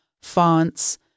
fonts